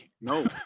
No